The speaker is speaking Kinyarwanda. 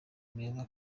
meza